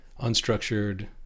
unstructured